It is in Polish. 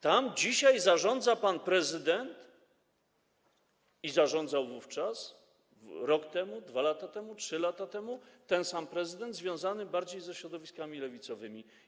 Tam dzisiaj zarządza i zarządzał wówczas, rok temu, 2 lata temu, 3 lata temu, ten sam pan prezydent związany bardziej ze środowiskami lewicowymi.